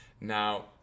Now